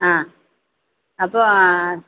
ஆ அப்புறம்